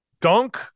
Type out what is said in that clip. dunk